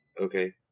Okay